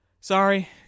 Sorry